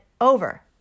over